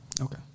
Okay